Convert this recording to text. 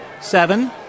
Seven